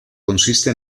consiste